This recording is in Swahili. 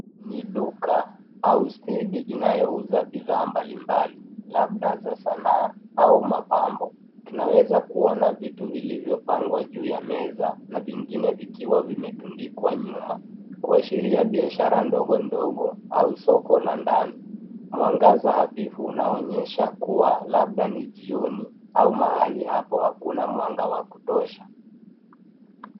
Ni duka au stendi inayouza bidhaa mbalimbali, labda za sanaa au mapambo. Tunaweza kuona vitu vilivyopangwa juu ya meza, na vingine vikiwa vimetundikwa nyuma, kuashiria biashara ndogondogo au soko la ndani. Mwangaza hafifu unaonyesha kuwa labda ni jioni, au mahali hapo hakuna mwanga wa kutosha.